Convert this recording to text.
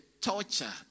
torture